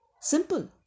Simple